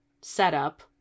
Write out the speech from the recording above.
setup